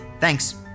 Thanks